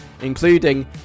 including